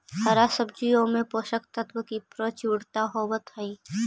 हरा सब्जियों में पोषक तत्व की प्रचुरता होवत हई